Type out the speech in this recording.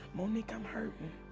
mo'nique, i'm hurting